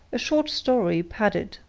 a short story padded.